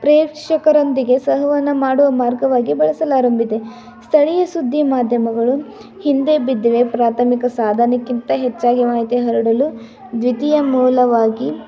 ಪ್ರೇಕ್ಷಕರೊಂದಿಗೆ ಸಂವಹನ ಮಾಡುವ ಮಾರ್ಗವಾಗಿ ಬಳಸಲಾರಂಭಿದೆ ಸ್ಥಳೀಯ ಸುದ್ದಿ ಮಾಧ್ಯಮಗಳು ಹಿಂದೆ ಬಿದ್ದಿವೆ ಪ್ರಾಥಮಿಕ ಸಾಧನಕ್ಕಿಂತ ಹೆಚ್ಚಾಗಿ ಮಾಹಿತಿ ಹರಡಲು ದ್ವಿತೀಯ ಮೂಲವಾಗಿ